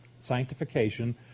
sanctification